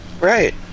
Right